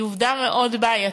היא עובדה מאוד בעייתית,